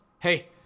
Hey